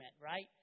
right